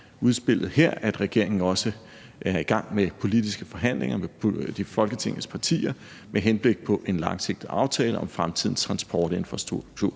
udspillet, at regeringen også er i gang med politiske forhandlinger med Folketingets partier med henblik på en langsigtet aftale om fremtidens transportinfrastruktur.